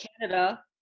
Canada